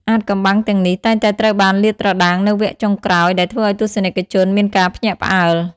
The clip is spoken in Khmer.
អាថ៌កំបាំងទាំងនេះតែងតែត្រូវបានលាតត្រដាងនៅវគ្គចុងក្រោយដែលធ្វើឲ្យទស្សនិកជនមានការភ្ញាក់ផ្អើល។